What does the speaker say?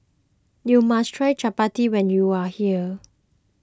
you must try Chappati when you are here